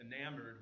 enamored